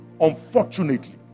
unfortunately